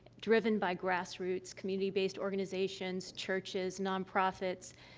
driven by grassroots, community-based organizations, churches, nonprofits.